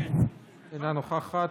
אינה נוכחת,